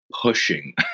pushing